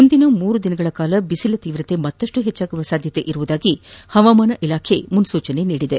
ಮುಂದಿನ ಮೂರು ದಿನಗಳ ಕಾಲ ಬಿಸಿಲ ತೀವ್ರತೆ ಮತ್ತಷ್ಟು ಹೆಚ್ಚಾಗುವ ಸಾಧ್ಯತೆ ಇದೆ ಎಂದು ಹವಾಮಾನ ಇಲಾಖೆ ಮುನ್ನೂಚನೆ ನೀಡಿದೆ